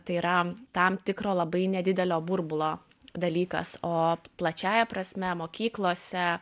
tai yra tam tikro labai nedidelio burbulo dalykas o plačiąja prasme mokyklose